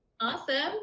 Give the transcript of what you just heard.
Awesome